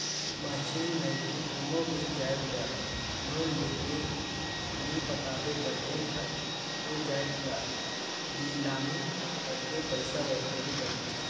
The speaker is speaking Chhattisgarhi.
मसीन नइते कोनो भी जाएत बर लोन लेके नी पटाबे ता बेंक हर ओ जाएत ल लिलामी करके पइसा वसूली करथे